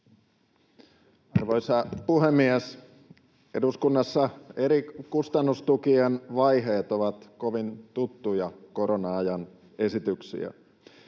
Arvoisa puhemies! Eduskunnassa eri kustannustukien vaiheet ovat kovin tuttuja korona-ajan esityksiä,